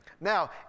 Now